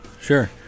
Sure